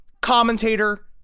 commentator